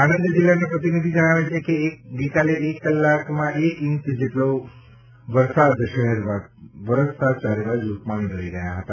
આણંદ જિલ્લાના પ્રતિનિધિ જણાવે છે કે એક કલાકમાં એક ઇંચ જેટલા વરસાદથી શહેરમાં ચારેબાજૂ પાણી ભરાઈ ગયા હતા